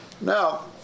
Now